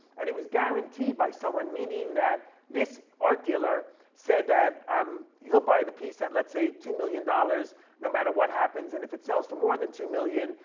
and it was guaranteed by someone, meaning that this art dealer said that um he'll buy the piece at, lets say, two million dollars no matter what happens, and if it sells for more than two million,